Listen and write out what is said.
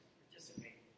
participate